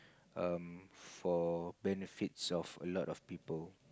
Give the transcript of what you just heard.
um for benefits of a lot of people